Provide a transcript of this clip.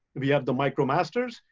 we have the micromasters,